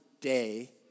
day